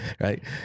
right